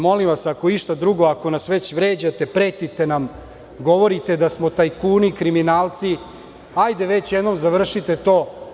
Molim vas, ako išta drugo, ako nas već vređate, pretite nam, govorite da smo tajkuni, kriminalci, hajde već jednom završite to.